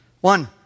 One